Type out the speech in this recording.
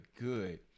good